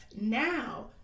Now